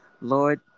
Lord